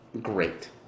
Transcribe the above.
great